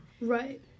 right